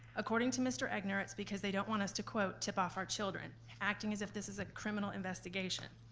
according to mr. egnor, it's because they don't want us to, quote, tip off our children, acting as if this is a criminal investigation.